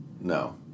No